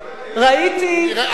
היתה השיא.